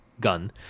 gun